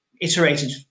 iterated